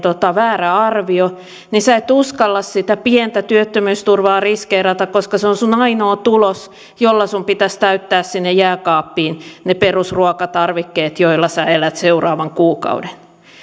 tai väärä arvio niin sinä et uskalla sitä pientä työttömyysturvaa riskeerata koska se on sinun ainoa tulosi jolla sinun pitäisi täyttää sinne jääkaappiin ne perusruokatarvikkeet joilla sinä elät seuraavan kuukauden